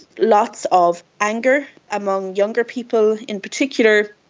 lots of anger among younger people, in particular,